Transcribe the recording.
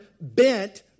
bent